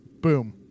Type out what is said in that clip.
Boom